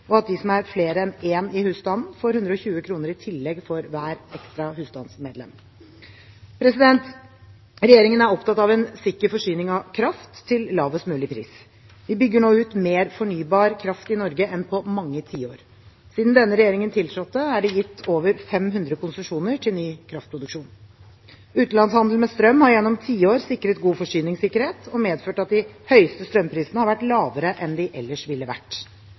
og at de som er flere enn én i husstanden, får 120 kr i tillegg for hvert ekstra husstandsmedlem. Regjeringen er opptatt av en sikker forsyning av kraft, til lavest mulig pris. Vi bygger nå ut mer fornybar kraft i Norge enn på mange tiår. Siden denne regjeringen tiltrådte, er det gitt over 500 konsesjoner til ny kraftproduksjon. Utenlandshandel med strøm har gjennom tiår sikret god forsyningssikkerhet og medført at de høyeste strømprisene har vært lavere enn de ellers ville vært.